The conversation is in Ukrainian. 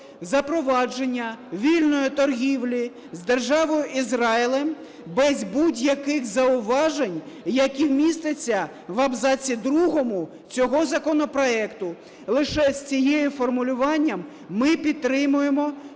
запровадження вільної торгівлі з Державою Ізраїлем без будь-яких зауважень, які містяться в абзаці другому цього законопроекту. Лише з цим формулюванням ми підтримуємо